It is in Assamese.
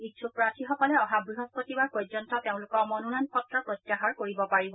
ইচ্ছুক প্ৰাৰ্থীসকলে অহা বৃহস্পতিবাৰ পৰ্যন্ত তেওঁলোকৰ মনোনয়ন পত্ৰ প্ৰত্যাহাৰ কৰিব পাৰিব